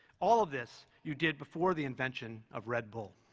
all of this you did before the invention of red bull.